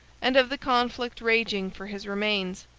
and of the conflict raging for his remains.